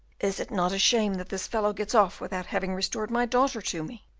is it not a shame that this fellow gets off without having restored my daughter to me?